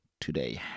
today